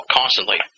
constantly